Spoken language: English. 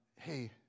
Hey